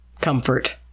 comfort